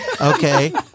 Okay